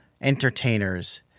entertainers